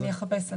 אני אחפש.